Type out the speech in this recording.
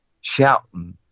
shouting